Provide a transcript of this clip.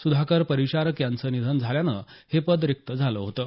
सुधारक परिचारक यांचं निधन झाल्यानं हे पद रिक्त झालं होतं